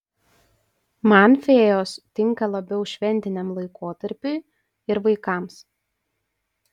man fėjos tinka labiau šventiniam laikotarpiui ir vaikams